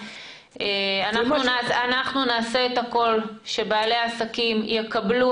אני אומרת שבסופו של דבר הם לא יקבלו